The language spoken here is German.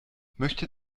möchte